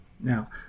Now